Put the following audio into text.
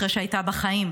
אחרי שהייתה בחיים,